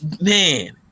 man